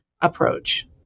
approach